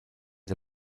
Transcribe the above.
der